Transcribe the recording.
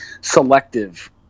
selective